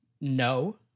No